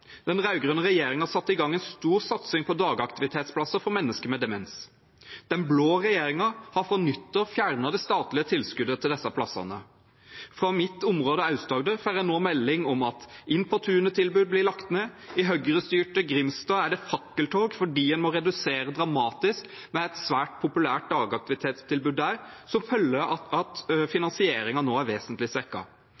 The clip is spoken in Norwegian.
Den rød-grønne regjeringen satte i gang en stor satsing på dagaktivitetsplasser for mennesker med demens. Den blå regjeringen har fra nyttår fjernet det statlige tilskuddet til disse plassene. Fra mitt område, Aust-Agder, får jeg nå melding om at Inn på tunet-tilbud blir lagt ned. I Høyre-styrte Grimstad er det fakkeltog fordi en må redusere dramatisk ved et svært populært dagaktivitetstilbud der, som følge av at